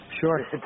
Sure